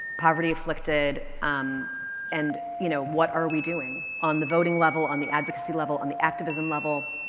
poverty-afflicted um and you know, what are we doing on the voting level, on the advocacy level, on the activism level?